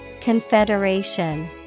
Confederation